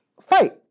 fight